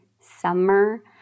summer